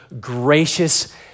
gracious